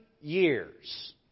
years